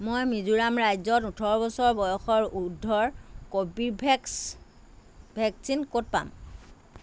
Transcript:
মই মিজোৰাম ৰাজ্যত ওঠৰ বছৰ বয়সৰ উৰ্দ্ধৰ ক'ৰ্বীভেক্স ভেকচিন ক'ত পাম